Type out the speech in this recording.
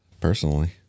personally